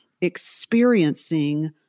experiencing